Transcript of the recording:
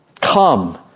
come